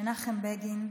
מנחם בגין,